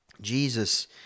Jesus